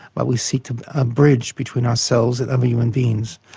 but we seek a bridge between ourselves and other human beings.